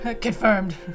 Confirmed